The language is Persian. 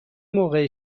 موقع